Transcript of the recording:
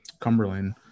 Cumberland